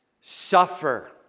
suffer